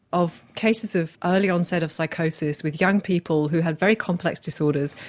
of cases of early onset of psychosis with young people who had very complex disorders,